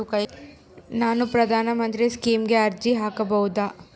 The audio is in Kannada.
ನಾನು ಪ್ರಧಾನ ಮಂತ್ರಿ ಸ್ಕೇಮಿಗೆ ಅರ್ಜಿ ಹಾಕಬಹುದಾ?